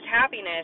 happiness